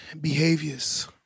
behaviors